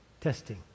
Testing